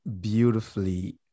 beautifully